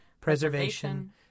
preservation